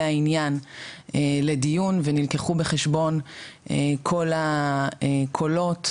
העניין לדיון ונלקחו בחשבון כל הקולות,